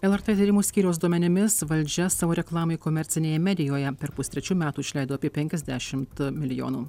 lrt tyrimų skyriaus duomenimis valdžia savo reklamai komercinėje medijoje per pustrečių metų išleido apie penkiasdešim milijonų